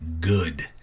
good